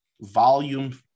volume